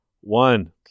one